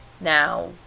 now